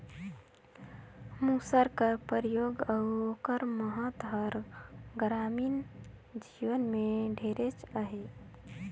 मूसर कर परियोग अउ ओकर महत हर गरामीन जीवन में ढेरेच अहे